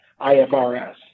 IFRS